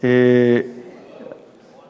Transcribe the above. שבאמת